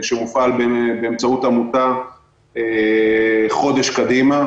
שמופעל באמצעות עמותה חודש קדימה,